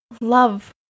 love